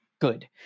good